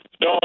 no